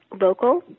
local